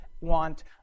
want